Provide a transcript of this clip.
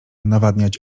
nawadniać